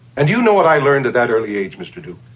and you know what i learned at that early age? mr. duke,